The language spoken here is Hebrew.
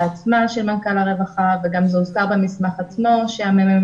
עצמה של מנכ"ל הרווחה וזה גם הוזכר במסמך של הממ"מ,